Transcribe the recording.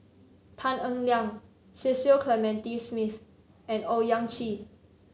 Tan Eng Liang Cecil Clementi Smith and Owyang Chi